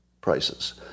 prices